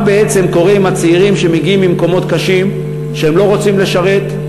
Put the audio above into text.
מה בעצם קורה עם הצעירים שמגיעים ממקומות קשים ולא רוצים לשרת,